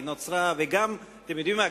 אתם יודעים מה?